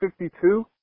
52